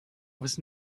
was